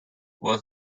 was